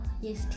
yes